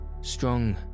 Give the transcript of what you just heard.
Strong